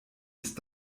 ist